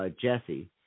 Jesse